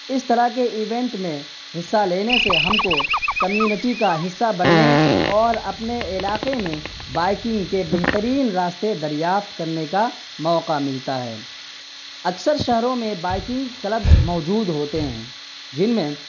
اس طرح کے ایونٹ میں حصہ لینے سے ہم کو کمیونٹی کا حصہ بننے اور اپنے علاقے میں بائکنگ کے بہترین راستے دریافت کرنے کا موقع ملتا ہے اکثر شہروں میں بائکنگ کلبز موجود ہوتے ہیں جن میں